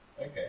Okay